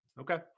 Okay